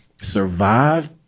survive